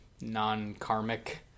non-karmic